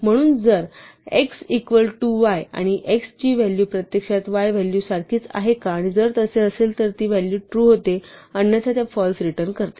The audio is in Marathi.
म्हणून जर x इक्वल टू y आणि x ची व्हॅलू प्रत्यक्षात y व्हॅलू सारखीच आहे का आणि जर तसे असेल तर ती व्हॅलू ट्रू होते अन्यथा ते फाल्स रिटर्न करते